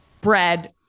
bread